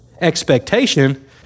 expectation